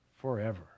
forever